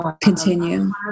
Continue